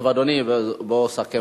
טוב, אדוני, בוא סכם.